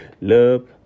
love